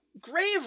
grave